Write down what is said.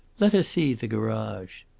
let us see the garage!